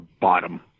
bottom